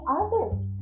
others